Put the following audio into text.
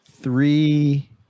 three